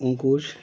Ankush